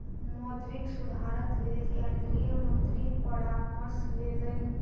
मौद्रिक सुधारक लेल केंद्रीय मंत्री परामर्श लेलैन